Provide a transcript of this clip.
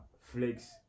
flex